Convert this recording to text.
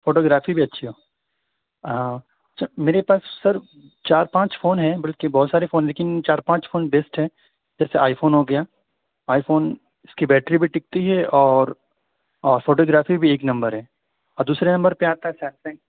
photo گرافی بھی اچھی ہو ہاں اچھا میرے پاس سر چار پانچ فون ہیں بلکہ بہت سارے فون لیکن یہ چار پانچ فون بیسٹ ہیں جیسے آئی فون ہو گیا فون اس کی بیٹری بھی ٹکتی ہے اور اور فوٹو گرافی بھی ایک نمبر ہے اور دوسرے نمبر پہ آتا ہے سیمسنگ